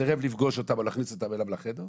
סירב לפגוש אותם או להכניס אותם אליו לחדר.